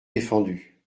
défendu